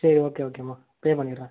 சரி ஓகே ஓகேம்மா பே பண்ணிடுறன்